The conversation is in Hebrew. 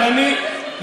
אבל אני,